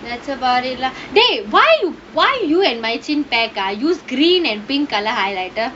that's about it lah dey why why you and my maichin bag ah use green and pink colour highlighter